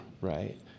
right